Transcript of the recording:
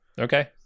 Okay